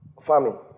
farming